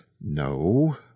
No